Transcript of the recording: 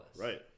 Right